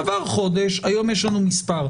עבר חודש, היום יש לנו מספר.